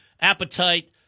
appetite